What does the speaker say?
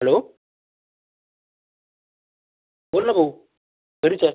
hello बोल नं भाऊ घरीचंय